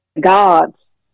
gods